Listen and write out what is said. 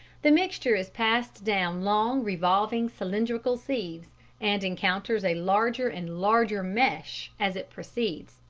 the mixture is passed down long revolving cylindrical sieves and encounters a larger and larger mesh as it proceeds,